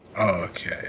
okay